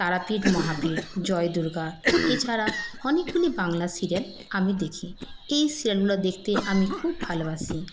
তারাপীঠ মহাপীঠ জয় দুর্গা এছাড়া অনেকগুলি বাংলা সিরিয়াল আমি দেখি এই সিরিয়ালগুলো দেখতে আমি খুব ভালোবাসি